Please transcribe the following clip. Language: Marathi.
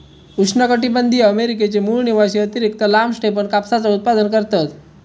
उष्णकटीबंधीय अमेरिकेचे मूळ निवासी अतिरिक्त लांब स्टेपन कापसाचा उत्पादन करतत